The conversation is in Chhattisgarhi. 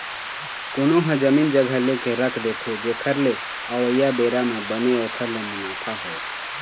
कोनो ह जमीन जघा लेके रख देथे जेखर ले अवइया बेरा म बने ओखर ले मुनाफा होवय